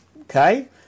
okay